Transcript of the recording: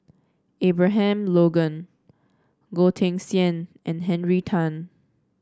Abraham Logan Goh Teck Sian and Henry Tan